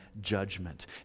judgment